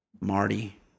Marty